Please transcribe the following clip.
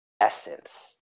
essence